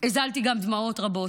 הזלתי גם דמעות רבות.